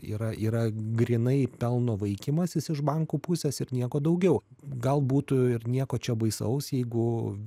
yra yra grynai pelno vaikymasis iš bankų pusės ir nieko daugiau gal būtų ir nieko čia baisaus jeigu